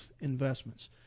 investments